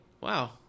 Wow